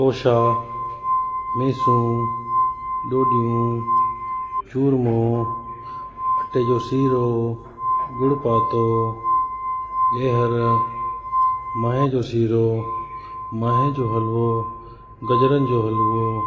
तोषा मेसू ॾोॾियूं चुर्मो अटे जो सीरो ॻुड़ पातो गिहरु माहे जो सीरो माहे जो हलवो गजरन जो हलवो